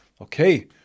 okay